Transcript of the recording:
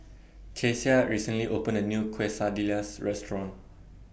Kecia recently opened A New Quesadillas Restaurant